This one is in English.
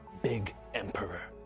big emperor,